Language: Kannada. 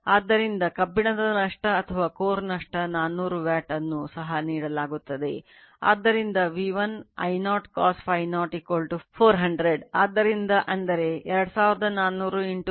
ಆದ್ದರಿಂದ ಕಬ್ಬಿಣದ ನಷ್ಟ ಅಥವಾ ಕೋರ್ ನಷ್ಟ 400 ವ್ಯಾಟ್ ಅನ್ನು ಸಹ ನೀಡಲಾಗುತ್ತದೆ ಆದ್ದರಿಂದ V1 I0 cos Φ0 400 ಆದ್ದರಿಂದ ಅಂದರೆ 2400 0